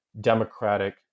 democratic